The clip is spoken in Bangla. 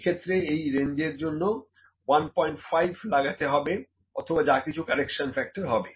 এক্ষেত্রে এই রেঞ্জের জন্য 15 লাগাতে হবে অথবা যা কিছু কারেকশন ফ্যাক্টর হবে